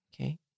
Okay